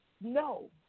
No